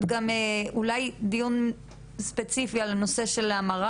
גם אולי דיון ספציפי על כל הנושא של ההמרה.